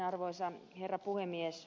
arvoisa herra puhemies